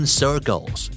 circles